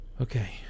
Okay